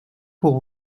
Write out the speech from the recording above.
pour